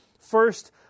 First